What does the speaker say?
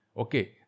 okay